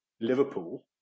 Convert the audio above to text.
Liverpool